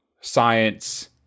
science